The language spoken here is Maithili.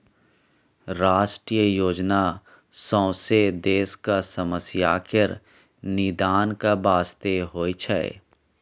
राष्ट्रीय योजना सौंसे देशक समस्या केर निदानक बास्ते होइ छै